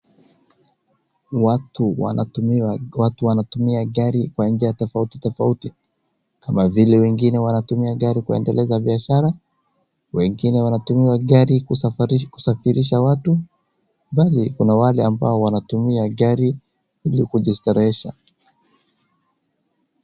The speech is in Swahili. Watu wanatumia gari kwa njia tofauti tofauti, kama vile wengine wanatumia gari kuendeleza biashara, wengine wanatumia gari kusafirisha watu, bali kuna wale ambao wanatumia gari ili kujistarehesha.